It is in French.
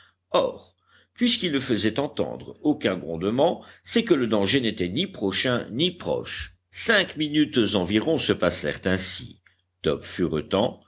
or puisqu'il ne faisait entendre aucun grondement c'est que le danger n'était ni prochain ni proche cinq minutes environ se passèrent ainsi top furetant